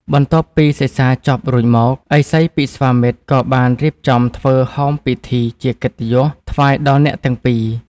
បន្ទាប់ពីសិក្សាចប់រួចមក ឥសីពិស្វាមិត្រក៏បានរៀបចំធ្វើ ហោមពិធីជាកិត្តិយសថ្វាយដល់អ្នកទាំងពីរ។